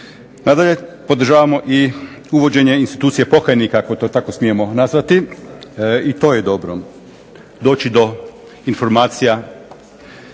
Nadalje podržavamo i uvođenje institucije pokajnika ako to tako smijemo nazvati i to je dobro doći do informacija